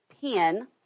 pen